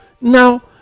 now